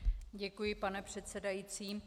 Děkuji, pane předsedající.